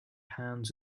hands